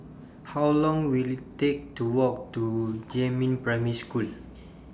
How Long Will IT Take to Walk to Jiemin Primary School